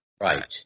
Right